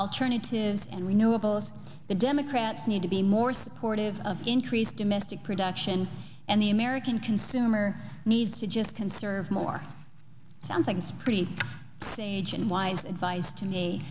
alternative and renewable the democrats need to be more supportive of increased domestic production and the american consumer needs to just conserve more sounds like it's pretty stage and wise advice to me